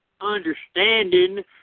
understanding